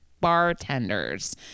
bartenders